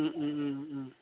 ও ও ও ও ও